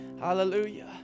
Hallelujah